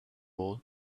all